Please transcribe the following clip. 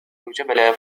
جبل